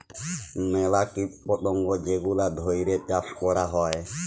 ম্যালা কীট পতঙ্গ যেগলা ধ্যইরে চাষ ক্যরা হ্যয়